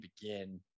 begin